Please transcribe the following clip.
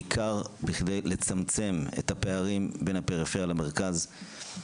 וזאת בעיקר כדי לצמצם את הפערים בין הפריפריה למרכז,